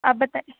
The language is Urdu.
آپ بتا